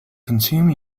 consume